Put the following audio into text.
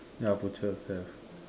ya butchers have